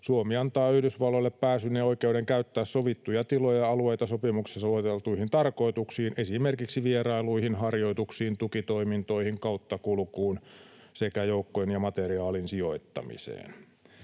Suomi antaa Yhdysvalloille pääsyn ja oikeuden käyttää sovittuja tiloja ja alueita sopimuksessa lueteltuihin tarkoituksiin, esimerkiksi vierailuihin, harjoituksiin, tukitoimintoihin, kauttakulkuun sekä joukkojen ja materiaalin sijoittamiseen.